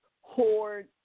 hoard